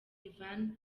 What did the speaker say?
ivan